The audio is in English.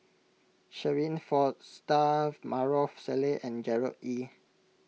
Shirin Fozdar Maarof Salleh and Gerard Ee